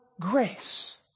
grace